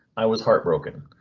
i was heartbroken.